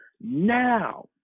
Now